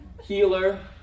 healer